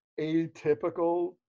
atypical